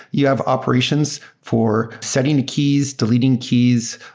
you have operations for setting the keys, deleting keys,